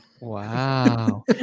Wow